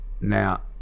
now